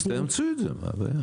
אז תאמצו את זה, מה הבעיה?